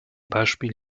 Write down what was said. beispiel